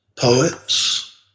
Poets